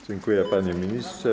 Dziękuję, panie ministrze.